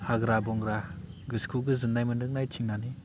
हाग्रा बंग्रा गोसोखौ गोजोन्नाय मोन्दों नायथिंनानै